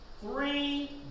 three